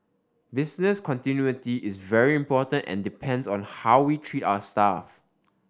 business continuity is very important and depends on how we treat our staff